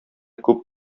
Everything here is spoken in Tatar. күп